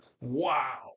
Wow